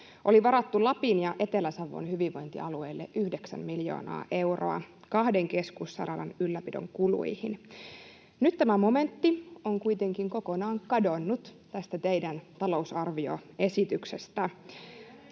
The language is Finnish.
oli varattu Lapin ja Etelä-Savon hyvinvointialueille yhdeksän miljoonaa euroa kahden keskussairaalan ylläpidon kuluihin. Nyt tämä momentti on kuitenkin kokonaan kadonnut tästä teidän talousarvioesityksestänne.